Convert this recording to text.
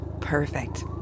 Perfect